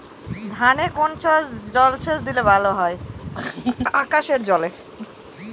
ধানে কোন জলসেচ দিলে ভাল হয়?